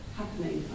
happening